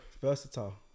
Versatile